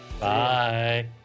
Bye